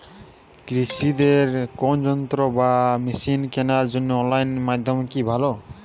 কৃষিদের কোন যন্ত্র বা মেশিন কেনার জন্য অনলাইন মাধ্যম কি ভালো?